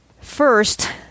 First